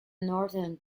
northern